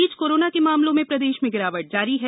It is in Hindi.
इस बीच कोरोना के मामलों में प्रदेश में गिरावट जारी है